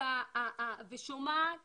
ושומעת